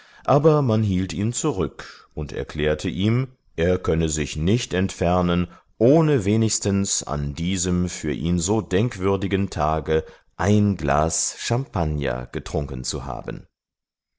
aber man hielt ihn zurück und erklärte ihm er könne sich nicht entfernen ohne wenigstens an diesem für ihn so denkwürdigen tage ein glas champagner getrunken zu haben